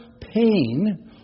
pain